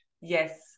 yes